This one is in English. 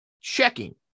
checking